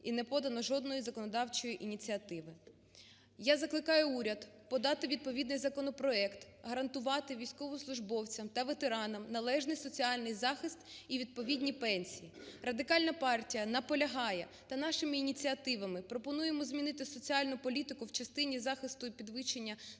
і не подано жодної законодавчої ініціативи. Я закликаю уряд подати відповідний законопроект, гарантувати військовослужбовцям та ветеранам належний соціальний захист і відповідні пенсії. Радикальна партія наполягає, та нашими ініціативами пропонуємо змінити соціальну політику в частині захисту і підвищення соціальних